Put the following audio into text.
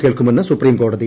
കേൾക്കുമെന്ന് സുപ്രീംകോടതി